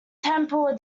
temple